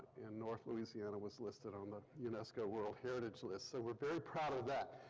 in north louisiana was listed on the unesco world heritage list, so we're very proud of that.